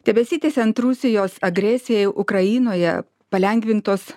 tebesitęsiant rusijos agresijai ukrainoje palengvintos